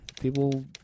People